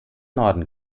norden